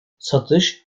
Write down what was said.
satış